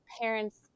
parents